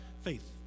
faith